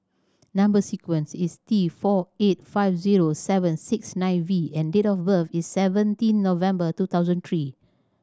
number sequence is T four eight five zero seven six nine V and date of birth is seventeen November two thousand three